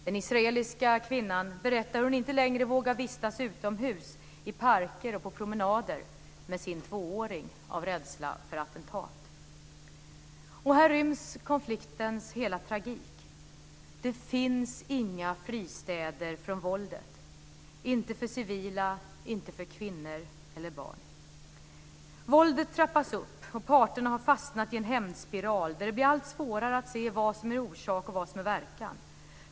Den israeliska kvinnan berättade hur hon inte längre vågar vistas utomhus i parker och på promenader med sin tvååring av rädsla för attentat. Här ryms konfliktens hela tragik. Det finns inga fristäder från våldet - inte för civila, inte för kvinnor eller barn. Våldet trappas upp, och parterna har fastnat i en hämndspiral där det blir allt svårare att se vad som är orsak och vad som är verkan.